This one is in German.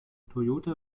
toyota